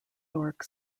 york